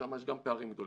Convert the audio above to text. ששם יש גם פערים גדולים.